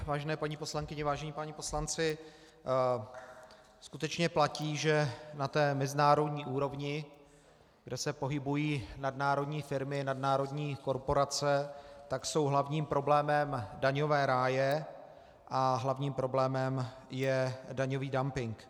Vážené paní poslankyně, vážení páni poslanci, skutečně platí, že na té mezinárodní úrovni, kde se pohybují nadnárodní firmy, nadnárodní korporace, jsou hlavním problémem daňové ráje a hlavním problémem je daňový dumping.